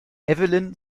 evelyn